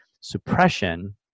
Suppression